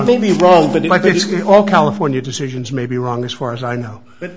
i'm wrong but basically all california decisions may be wrong as far as i know but